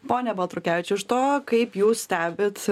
pone baltrukevičiau iš to kaip jūs stebit